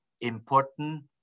important